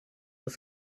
des